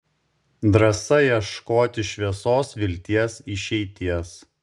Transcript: drąsa ieškoti šviesos vilties išeities